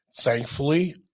Thankfully